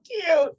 cute